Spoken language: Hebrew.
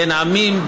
בין עמים,